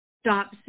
Stop